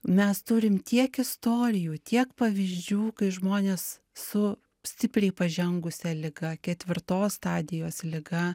mes turim tiek istorijų tiek pavyzdžių kai žmonės su stipriai pažengusia liga ketvirtos stadijos liga